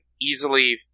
easily